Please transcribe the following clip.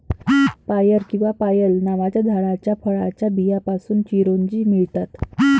पायर किंवा पायल नावाच्या झाडाच्या फळाच्या बियांपासून चिरोंजी मिळतात